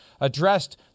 addressed